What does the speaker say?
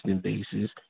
basis